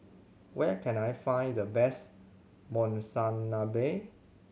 where can I find the best Monsunabe